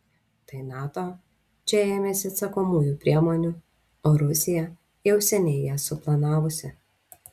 tai nato čia ėmėsi atsakomųjų priemonių o rusija jau seniai jas suplanavusi